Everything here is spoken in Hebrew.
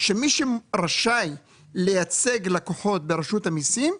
שמי שרשאי לייצג לקוחות ברשות המיסים,